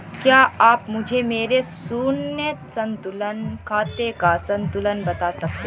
क्या आप मुझे मेरे शून्य संतुलन खाते का संतुलन बता सकते हैं?